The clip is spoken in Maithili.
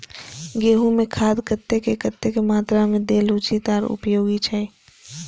गेंहू में खाद कतेक कतेक मात्रा में देल उचित आर उपयोगी छै?